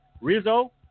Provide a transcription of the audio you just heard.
Rizzo